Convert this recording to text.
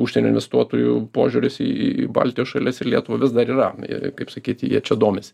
užsienio investuotojų požiūris į baltijos šalis ir lietuvą vis dar yra ir kaip sakyti jie čia domisi